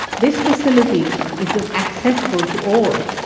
this facility is ah accessible to all,